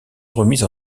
remise